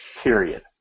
period